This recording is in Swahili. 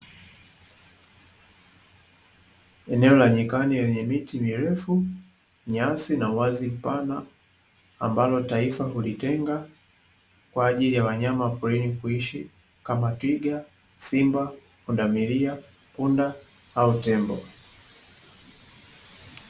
Eneo la nyikani lenye miti mirefu, nyasi na uwazi mpana; ambalo taifa hulitenga kwa ajili ya wanyama wa porini kuishi kama: twiga, simba, pundamilia, punda au tembo.